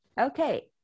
okay